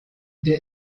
der